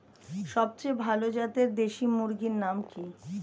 সবচেয়ে ভালো জাতের দেশি মুরগির নাম কি?